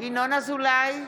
ינון אזולאי,